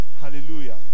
Hallelujah